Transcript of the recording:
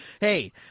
hey